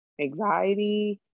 anxiety